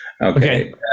Okay